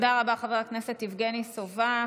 תודה רבה, חבר הכנסת יבגני סובה.